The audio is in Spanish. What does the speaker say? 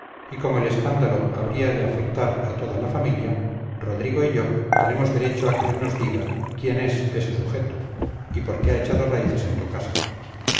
y como el escándalo habría de afectar a toda la familia rodrigo y yo tenemos derecho a que se nos diga quién es ese sujeto y por qué ha echado raíces en tu casa